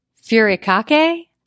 furikake